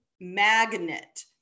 magnet